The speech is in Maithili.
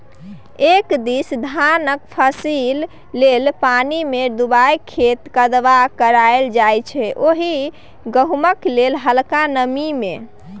एक दिस धानक फसिल लेल पानिमे डुबा खेतक कदबा कएल जाइ छै ओतहि गहुँमक लेल हलका नमी मे